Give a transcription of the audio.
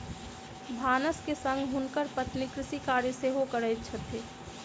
भानस के संग हुनकर पत्नी कृषि कार्य सेहो करैत छथि